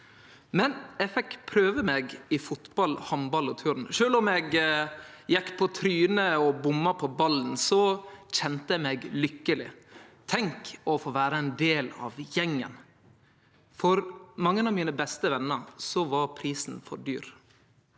men eg fekk prøve meg i fotball, handball og turn. Sjølv om eg gjekk på trynet og bomma på ballen, kjende eg meg lykkeleg. Tenk å få vere ein del av gjengen! For mange av mine beste vener var prisen for høg.